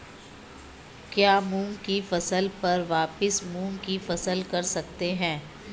क्या मूंग की फसल पर वापिस मूंग की फसल कर सकते हैं?